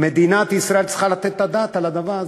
מדינת ישראל צריכה לתת את הדעת על הדבר הזה.